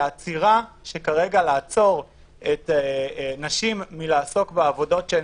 והעצירה כרגע של נשים מלעסוק בעבודות שהן